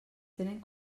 tenen